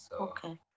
Okay